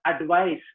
advice